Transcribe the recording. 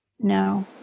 No